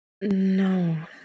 No